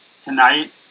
Tonight